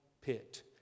pit